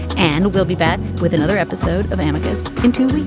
and we'll be back with another episode of and annika's into